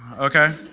okay